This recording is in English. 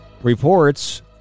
reports